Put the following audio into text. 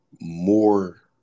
more